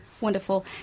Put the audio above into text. Wonderful